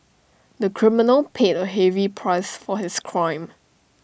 the criminal paid A heavy price for his crime